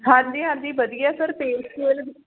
ਹਾਂਜੀ ਹਾਂਜੀ ਵਧੀਆ ਸਰ ਪੇ ਸਕੇਲ